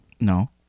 No